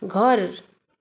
घर